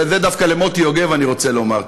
ואת זה דווקא למוטי יוגב אני רוצה לומר,